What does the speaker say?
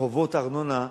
חובות ארנונה,